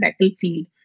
battlefield